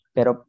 Pero